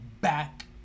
back